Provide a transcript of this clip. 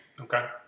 Okay